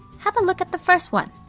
have a look at the first one.